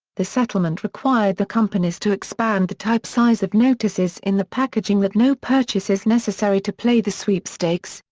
the settlement required the companies to expand the type size of notices in the packaging that no purchase is necessary to play the sweepstakes,